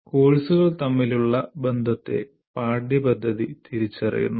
കോഴ്സുകൾ തമ്മിലുള്ള ബന്ധത്തെ പാഠ്യപദ്ധതി തിരിച്ചറിയുന്നു